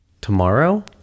tomorrow